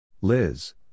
Liz